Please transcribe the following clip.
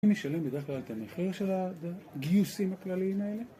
מי משלם בדרך כלל את המחיר של הגיוסים הכלליים האלה?